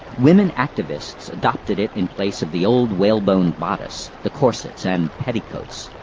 women activists adopted it in place of the old whale-boned bodice, the corsets and petticoats.